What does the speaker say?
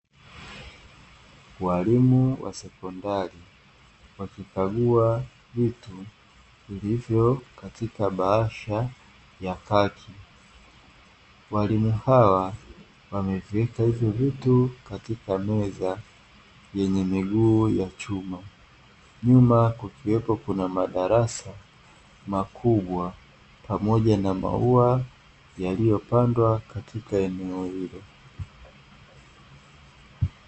Walimu wa sekondari, wakikagua vitu vilivyo katika bahasha ya kaki. Walimu hawa wameviweka hivi vitu katika meza yenye miguu ya chuma, nyuma kukiwa kuna madarasa makubwa pamoja na maua yaliyopandwa katika eneo hilo.